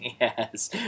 Yes